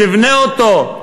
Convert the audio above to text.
תבנה אותו,